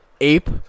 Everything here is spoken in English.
Ape